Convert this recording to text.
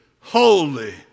holy